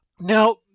Now